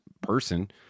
person